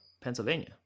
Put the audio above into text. Pennsylvania